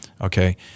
okay